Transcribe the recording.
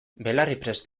belarriprest